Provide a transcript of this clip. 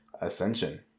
Ascension